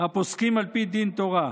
הפוסקים על פי דין תורה.